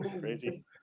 Crazy